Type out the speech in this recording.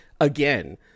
again